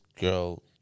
girl